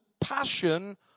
passion